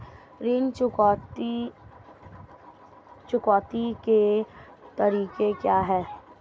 ऋण चुकौती के तरीके क्या हैं?